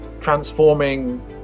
transforming